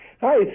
Hi